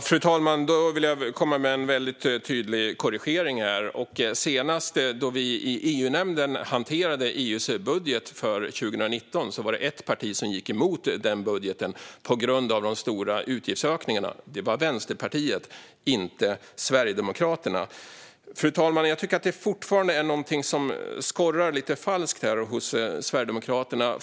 Fru talman! Jag vill komma med en väldigt tydlig korrigering här: När vi senast i EU-nämnden hanterade EU:s budget för 2019 var det ett enda parti som gick emot den budgeten på grund av de stora utgiftsökningarna. Det var Vänsterpartiet, inte Sverigedemokraterna. Fru talman! Jag tycker fortfarande att det är någonting som skorrar lite falskt hos Sverigedemokraterna.